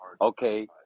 Okay